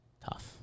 Tough